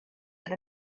that